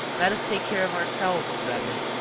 let us take care of ourselves, brethren,